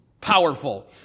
powerful